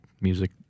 Music